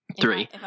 Three